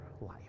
life